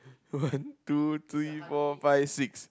one two three four five six